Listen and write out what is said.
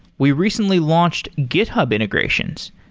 we recently launched github integrations.